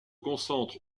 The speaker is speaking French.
concentre